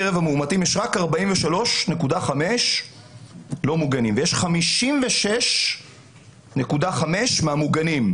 מקרב המאומתים יש רק 43.5 אחוזים לא מוגנים ויש 56.5 אחוזים מוגנים.